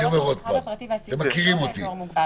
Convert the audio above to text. אתם מכירים אותי.